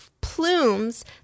plumes